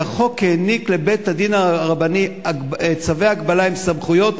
כי החוק העניק לבית-הדין הרבני צווי הגבלה עם סמכויות,